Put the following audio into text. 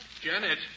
Janet